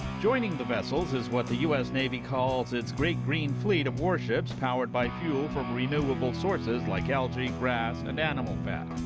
joining the vessels is what the u s. navy calls, it's great green fleet of warships, powered by fuel from renewable sources like algae, grass and animal fat.